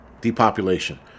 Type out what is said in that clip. depopulation